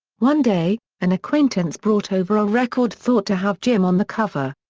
one day, an acquaintance brought over a record thought to have jim on the cover.